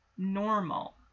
normal